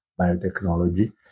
biotechnology